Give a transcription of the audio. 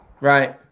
Right